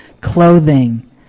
clothing